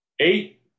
eight